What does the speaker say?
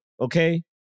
okay